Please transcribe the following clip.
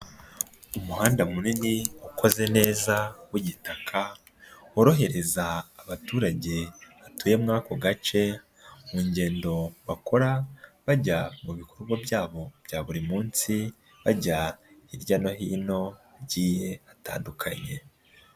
Umuhanda munini ukoze neza w'igitaka, worohereza abaturage batuye muri ako gace mu ngendo bakora bajya mu bikorwa byabo bya buri munsi bajya hirya no hino hagiye hatandukanye.